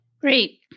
Great